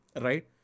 right